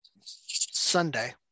Sunday